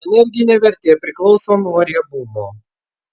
energinė vertė priklauso nuo riebumo